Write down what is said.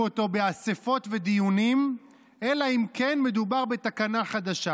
אותו באספות ודיונים אלא אם כן מדובר בתקנה חדשה.